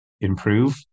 improve